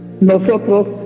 Nosotros